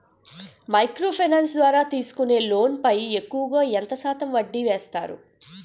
Micro finance ద్వారా తీసుకునే loan పై ఎక్కువుగా ఎంత శాతం వడ్డీ వేస్తారు?